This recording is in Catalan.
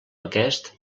aquest